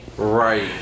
Right